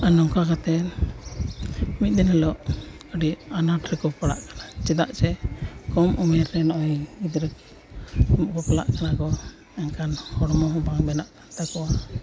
ᱟᱨ ᱱᱚᱝᱠᱟ ᱠᱟᱛᱮ ᱢᱤᱫ ᱫᱤᱱ ᱦᱤᱞᱳᱜ ᱟᱹᱰᱤ ᱟᱱᱟᱴ ᱨᱮᱠᱚ ᱯᱟᱲᱟᱜ ᱠᱟᱱᱟ ᱪᱮᱫᱟᱜ ᱥᱮ ᱠᱚᱢ ᱩᱢᱮᱹᱨ ᱨᱮ ᱱᱚᱜᱼᱚᱸᱭ ᱜᱤᱫᱽᱨᱟᱹ ᱵᱟᱯᱞᱟᱜ ᱠᱟᱱᱟ ᱠᱚ ᱢᱮᱱᱠᱷᱟᱱ ᱦᱚᱲᱢᱚ ᱦᱚᱸ ᱵᱟᱝ ᱵᱮᱱᱟᱜ ᱠᱟᱱ ᱛᱟᱠᱚᱣᱟ